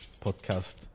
Podcast